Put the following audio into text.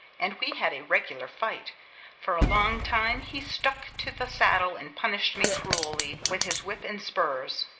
and we had a regular fight for a long time he stuck to the saddle and punished me cruelly with his whip and spurs,